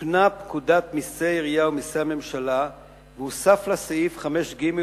תוקנה פקודת מסי העירייה ומסי הממשלה והוסף לה סעיף 5ג,